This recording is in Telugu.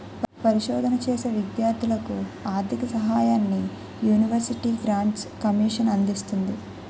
పరిశోధన చేసే విద్యార్ధులకు ఆర్ధిక సహాయాన్ని యూనివర్సిటీ గ్రాంట్స్ కమిషన్ అందిస్తుంది